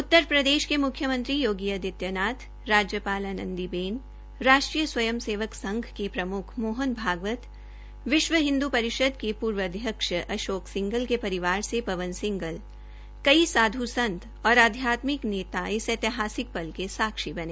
उत्तरप्रदेश प्रदेश मुख्यमंत्री योगी आदित्य नाथ राज्यपाल आनंदी बेन राष्ट्रीय सेवक संघ के प्रमुख मोहन भगवत विश्व हिन्द्र परिषद के पूर्व अध्यक्ष अशोक सिंगल के परिवार से पवन सिंगल कई साधू संत और अध्यात्मिक नेता इस ऐहितहासिक पल के साक्षी बने